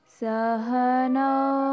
Sahana